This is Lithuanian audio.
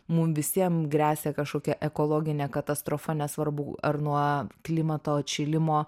mum visiems gresia kažkokia ekologinė katastrofa nesvarbu ar nuo klimato atšilimo